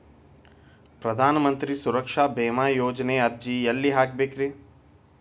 ಪ್ರಧಾನ ಮಂತ್ರಿ ಸುರಕ್ಷಾ ಭೇಮಾ ಯೋಜನೆ ಅರ್ಜಿ ಎಲ್ಲಿ ಹಾಕಬೇಕ್ರಿ?